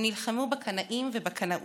הם נלחמו בקנאים ובקנאות.